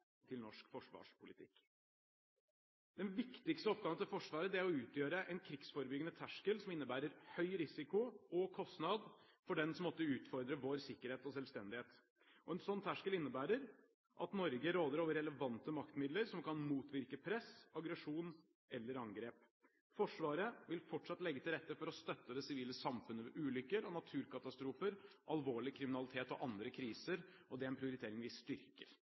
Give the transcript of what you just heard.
til norsk forsvarspolitikk. Den viktigste oppgaven til Forsvaret er å utgjøre en krigsforebyggende terskel som innebærer høy risiko og kostnad for den som måtte utfordre vår sikkerhet og selvstendighet. En sånn terskel innebærer at Norge råder over relevante maktmidler som kan motvirke press, aggresjon eller angrep. Forsvaret vil fortsatt legge til rette for å støtte det sivile samfunnet ved ulykker og naturkatastrofer, alvorlig kriminalitet og andre kriser. Det er en prioritering vi styrker